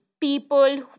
people